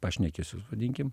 pašnekesius vadinkim